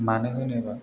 मानो होनोबा